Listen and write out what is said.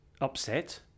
upset